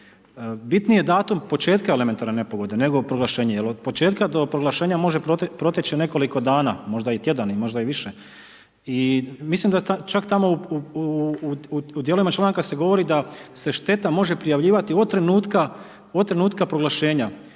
Bitniji je datum početka elementarne nepogode nego proglašenje jer od početka do proglašenja može proteći nekoliko dana, možda i tjedana, možda i više i mislim da čak tamo u djelovima članaka se govori da se šteta može prijavljivati od trenutka proglašenja.